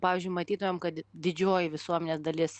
pavyzdžiui matydavom kad didžioji visuomenės dalis